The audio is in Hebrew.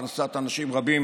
הכנסת אנשים רבים